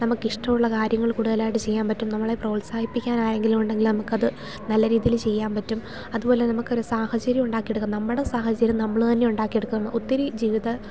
നമുക്ക് ഇഷ്ടമുള്ള കാര്യങ്ങൾ കൂടുതലായിട്ട് ചെയ്യാൻ പറ്റും നമ്മളെ പ്രോത്സാഹിപ്പിക്കാൻ ആരെങ്കിലും ഉണ്ടെങ്കിൽ നമുക്ക് അത് നല്ല രീതിയിൽ ചെയ്യാൻ പറ്റും അതുപോലെ നമുക്ക് ഒരു സാഹചര്യം ഉണ്ടാക്കി എടുക്കാം നമ്മുടെ സാഹചര്യം നമ്മൾ തന്നെ ഉണ്ടാക്കി എടുക്കുകയും ഒത്തിരി ജീവിത